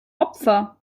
opfer